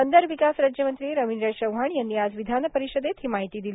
बंदर विकास राज्यमंत्री रवींद्र चव्हाण यांनी आज विधान परिषदेत ही माहिती दिली